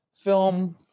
film